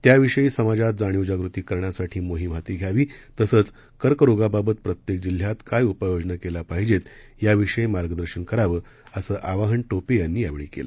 त्याविषयी समाजात जाणीवजागृती करण्यासाठी मोहीम हाती घ्यावी तसंच कर्करोगाबाबत प्रत्येक जिल्ह्यात काय उपाययोजना केल्या पाहिजे याविषयी मार्गदर्शन करावं असं आवाहन टोपे यांनी यावेळी केलं